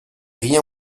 rien